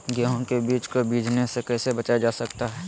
गेंहू के बीज को बिझने से कैसे बचाया जा सकता है?